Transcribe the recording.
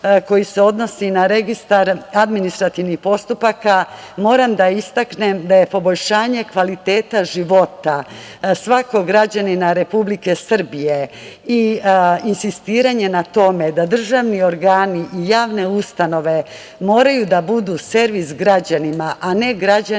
koji se odnosi na Registar administrativnih postupaka moram da istaknem da je poboljšanje kvaliteta života svakog građanina Republike Srbije i insistiranje na tome da državni organi i javne ustanove moraju da budu servis građanima, a ne građani